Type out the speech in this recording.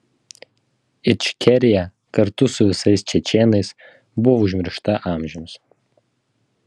ičkerija kartu su visais čečėnais buvo užmiršta amžiams